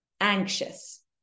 anxious